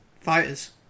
fighters